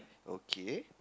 okay